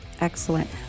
Excellent